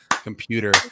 computer